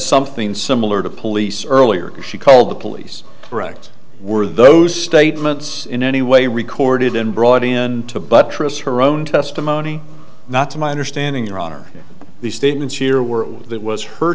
something similar to police earlier because she called the police threats were those statements in any way recorded and brought in to buttress her own testimony not to my understanding your honor the statements here were that was her